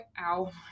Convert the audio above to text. ow